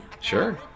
Sure